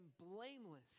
blameless